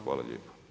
Hvala lijepo.